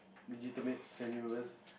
legitimate family members